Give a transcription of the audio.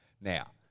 Now